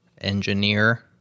engineer